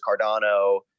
Cardano